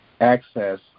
access